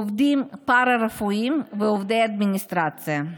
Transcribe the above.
עובדים פארה-רפואיים ועובדי אדמיניסטרציה.